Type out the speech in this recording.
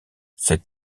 cet